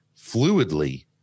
fluidly